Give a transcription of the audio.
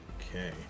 Okay